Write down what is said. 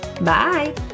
Bye